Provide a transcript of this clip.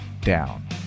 down